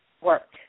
work